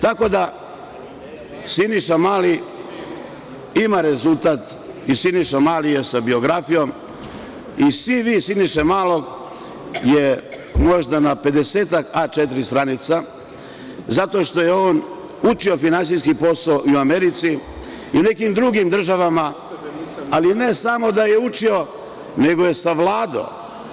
Tako da, Siniša Mali ima rezultat i Siniša Mali je sa biografijom i SV Siniše Malog je možda na 50-ak A4 stranica, zato što je on učio finansijski posao i u Americi i u nekim drugim država, ali ne samo da je učio, nego je savladao.